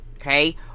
Okay